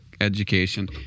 education